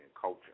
culture